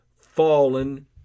fallen